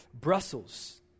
Brussels